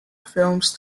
films